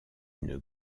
une